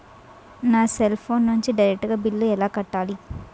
నా cell phone నుంచి direct గా బిల్లు ఎలా కట్టాలి?